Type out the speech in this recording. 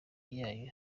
yayo